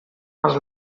els